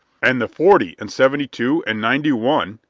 and the forty and seventy two and ninety one,